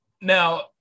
now